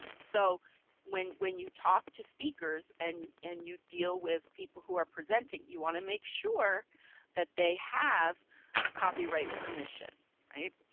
so when when you talk to speakers, and you and you deal with people who are presenting, you want to make sure that they have copyright permission, right.